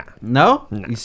No